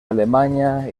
alemanya